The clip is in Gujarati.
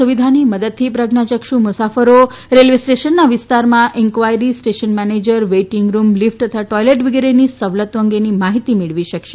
સુવિધાની મદદથી પ્રજ્ઞાયક્ષ મુસાફરો રેલવે સ્ટેશનના વિસ્તારમાં inquiry station manager waiting room lift તથા ટોઇલેટ વગેરેની સવલતો અંગેની માહિતી મેળવી શકશે